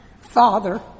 father